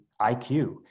IQ